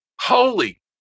Holy